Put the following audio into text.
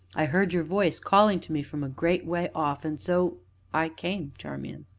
i heard your voice calling to me from a great way off, and so i came, charmian.